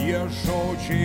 tie žodžiai